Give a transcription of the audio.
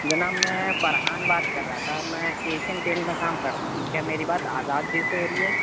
جناب میں فرحان بات کر رہا تھا میں ایشین پینٹ میں کام کرتا ہوں کیا میری بات آزاد جی سے ہو رہی ہے